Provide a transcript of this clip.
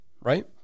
right